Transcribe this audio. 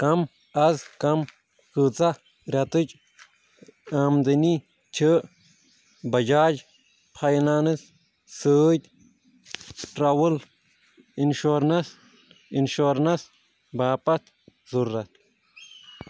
کم از کم کۭژاہ رٮ۪تٕچ آمدٕنی چھِ بجاج فاینانٛس سۭتۍ ٹرٛیوٕل اِنشورَنٛس انشورنس باپتھ ضروٗرت